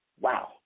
Wow